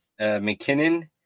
McKinnon